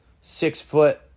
six-foot